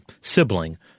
sibling